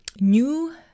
new